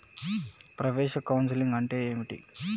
ప్రవేశ కౌన్సెలింగ్ అంటే ఏమిటి?